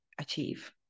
achieve